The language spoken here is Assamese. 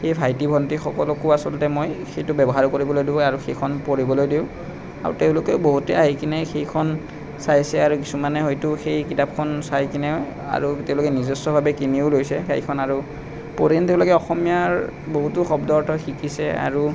সেই ভাইটি ভণ্টীসকলকো আচলতে মই সেইটো ব্যৱহাৰ কৰিবলৈ দিওঁ আৰু সেইখন পঢ়িবলৈ দিওঁ আৰু তেওঁলোকেও বহুতে আহি কিনাই সেইখন চাইছে আৰু কিছুমানে হয়তু সেই কিতাপখন চাই কিনে আৰু তেওঁলোকে নিজস্বভাৱে কিনিও লৈছে সেইখন আৰু পঢ়ি পিনি তেওঁলোকে অসমীয়াৰ বহুতো শব্দ অৰ্থ শিকিছে আৰু